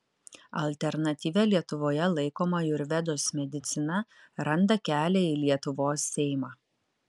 alternatyvia lietuvoje laikoma ajurvedos medicina randa kelią į lietuvos seimą